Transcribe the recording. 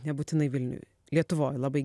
nebūtinai vilniuj lietuvoj labai